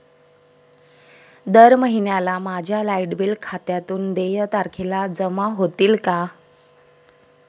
दर महिन्याला माझ्या लाइट बिल खात्यातून देय तारखेला जमा होतील का?